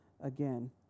again